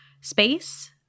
space